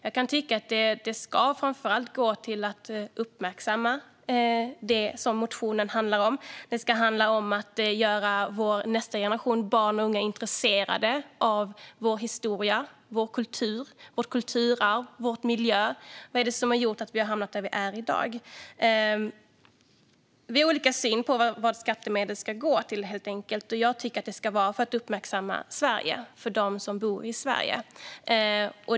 Jag kan tycka att de framför allt ska gå till att uppmärksamma det som motionen handlar om. Det ska handla om att göra nästa generation barn och unga intresserade av vår historia, vår kultur, vårt kulturarv och vår miljö och av vad som har gjort att vi har hamnat där vi är i dag. Vi har helt enkelt olika syn på vad skattemedel ska gå till. Jag tycker att de ska gå till att uppmärksamma Sverige, för dem som bor i Sverige.